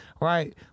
Right